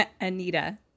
Anita